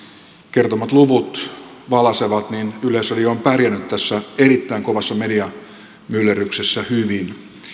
kertomat luvut valaisevat yleisradio on pärjännyt tässä erittäin kovassa mediamyllerryksessä hyvin